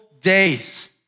days